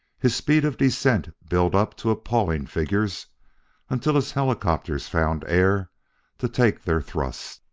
his speed of descent built up to appalling figures until his helicopters found air to take their thrust.